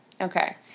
Okay